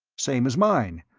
same as mine.